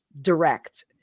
direct